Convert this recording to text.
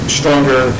stronger